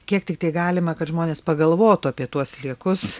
kiek tiktai galima kad žmonės pagalvotų apie tuos sliekus